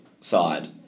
side